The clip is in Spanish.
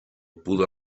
pudo